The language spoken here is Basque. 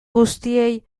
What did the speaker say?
guztiei